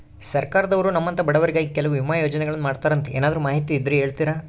ಸರ್ಕಾರದವರು ನಮ್ಮಂಥ ಬಡವರಿಗಾಗಿ ಕೆಲವು ವಿಮಾ ಯೋಜನೆಗಳನ್ನ ಮಾಡ್ತಾರಂತೆ ಏನಾದರೂ ಮಾಹಿತಿ ಇದ್ದರೆ ಹೇಳ್ತೇರಾ?